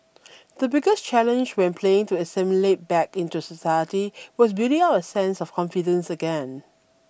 the biggest challenge when playing to assimilate back into society was building up a sense of confidence again